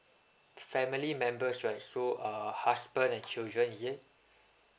family members right so uh husband and children is it